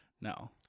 No